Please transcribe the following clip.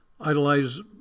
idolize